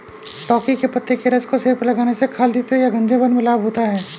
लौकी के पत्ते के रस को सिर पर लगाने से खालित्य या गंजेपन में लाभ होता है